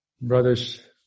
Brothers